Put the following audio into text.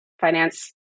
finance